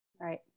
right